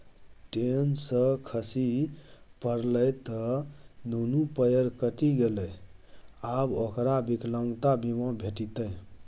ten सँ खसि पड़लै त दुनू पयर कटि गेलै आब ओकरा विकलांगता बीमा भेटितै